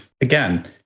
Again